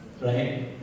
Right